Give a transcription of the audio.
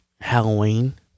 Halloween